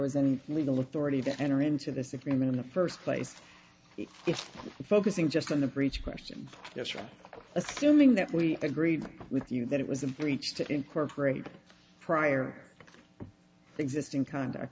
was any legal authority to enter into this agreement in the first place if focusing just on the breach question yes i'm assuming that we agreed with you that it was a breach to incorporate the prior existing conduct